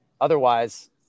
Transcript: otherwise